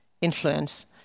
influence